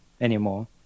anymore